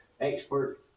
expert